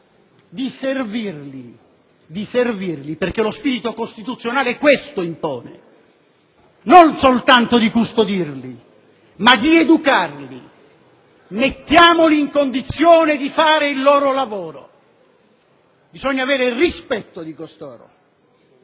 lo sottolineo, perché lo spirito costituzionale questo impone: non soltanto di custodirli, ma di educarli. Mettiamoli in condizione di fare il loro lavoro. Bisogna avere rispetto di costoro,